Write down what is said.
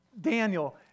Daniel